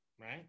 right